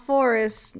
Forest